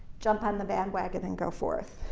jump on the bandwagon and go forth.